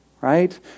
right